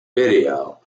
video